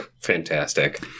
fantastic